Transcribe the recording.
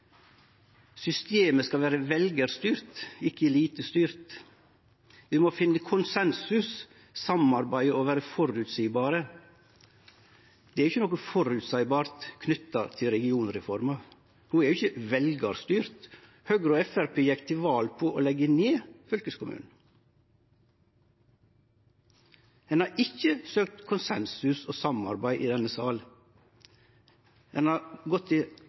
systemet skal vere «velgerstyrt, ikke elitestyrt», og at vi må «finne konsensus, samarbeide og være forutsigbare». Det er ikkje noko føreseieleg knytt til regionreforma. Ho er ikkje veljarstyrt. Høgre og Framstegspartiet gjekk til val på å leggje ned fylkeskommunen. Ein har ikkje søkt konsensus og samarbeid i denne salen. Ein har gått til